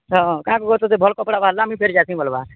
ହଁ କାହା କୁ ତ ଭଲ କପଡ଼ା ବାହାରଲା ମୁଇଁ ଫେର୍ ଯାଇଁସି ବଲବା